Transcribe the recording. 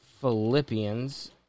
Philippians